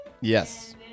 Yes